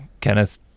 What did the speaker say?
kenneth